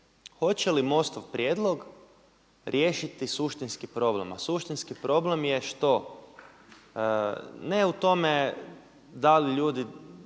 hoće li MOST-ov prijedlog riješiti suštinski problem, a suštinski problem je ne u tome da li ljudi,